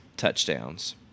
touchdowns